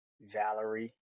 Valerie